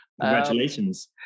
congratulations